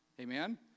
Amen